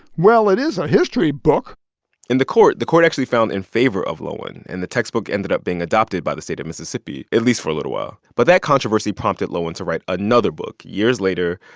well, it is a history book and the court the court actually found in favor of loewen, and the textbook ended up being adopted by the state of mississippi, at least for a little while. but that controversy prompted loewen to write another book years later,